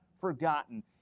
forgotten